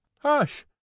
hush